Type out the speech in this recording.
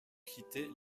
quitter